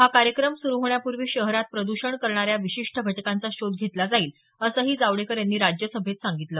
हा कार्यक्रम सुरू होण्यापूर्वी शहरात प्रद्षण करणाऱ्या विशिष्ट घटकांचा शोध घेतला जाईल असंही जावडेकर यांनी राज्यसभेत सांगितलं